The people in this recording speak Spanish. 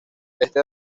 este